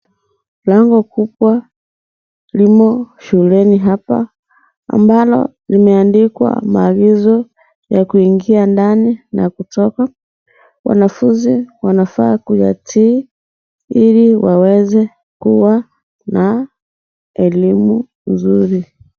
Lango kubwa limo shuleni hapa ambalo limeandikwa maagizo ya kuingia ndani na kutoka. Wanafunzi Wanafaa kuyatii Ili waweze kuwa na elimu mzuri.